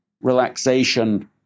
relaxation